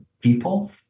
people